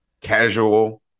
casual